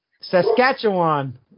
Saskatchewan